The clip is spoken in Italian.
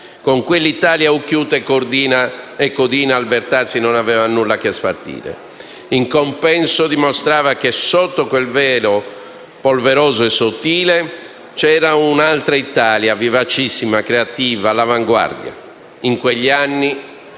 Con l'Italia occhiuta e codina Albertazzi non aveva nulla a che spartire; in compenso dimostrava che sotto quel velo polveroso e sottile c'era un'altra Italia vivacissima, creativa, all'avanguardia. In quegli anni,